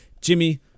Jimmy